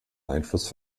einfluss